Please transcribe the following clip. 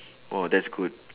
oh that's good